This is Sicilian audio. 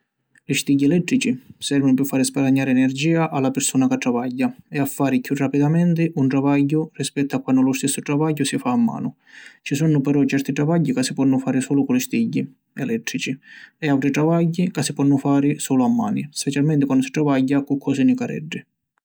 Li stigghi elettrici servinu pi fari sparagnari energia a la pirsuna ca travagghia e a fari chiù rapidamenti un travagghiu rispettu a quannu lu stissu travagghiu si fa a manu. Ci sunnu però certi travagghi ca si ponnu fari sulu cu li stigghi elettrici e autri travagghi ca si ponnu fari sulu a mani, specialmenti quannu si travagghia cu cosi nicareddi.